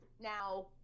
Now